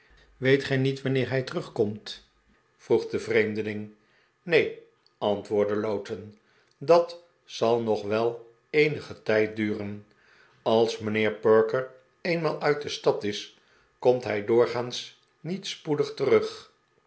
weet gij niet wanneer hij terugkomt vroeg de vreemdeling neen antwoordde lowten dat zal nog wel eenigen tijd duren als mijnheer perker eenmaal uit de stad is komt hij doorgaans niet spoedig terug